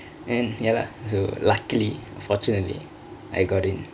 and ya lah so luckily fortunately I got in